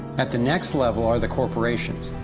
at the next level are the corporations.